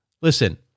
Listen